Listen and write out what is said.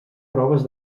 proves